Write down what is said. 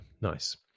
nice